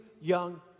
young